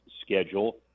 schedule